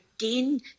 again